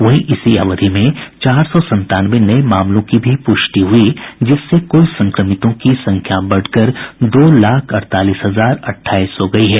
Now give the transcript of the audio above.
वहीं इसी अवधि में चार सौ संतानवे नये मामलों की भी प्रष्टि हुई जिससे कुल संक्रमितों की संख्या बढ़कर दो लाख अड़तालीस हजार अट्ठाईस हो गयी है